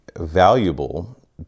valuable